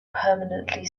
permanently